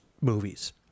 movies